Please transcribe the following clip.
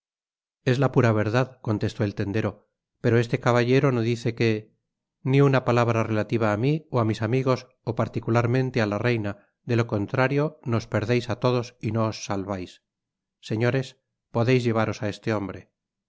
es la pura verdad contestó el tendero pero este caballero no dice que ni una palabra relativa á mi ó á mis amigos ó particularmente á la reina de lo contrario nos perdeis á todos y no os salvais señores podeis llevaros á este hombre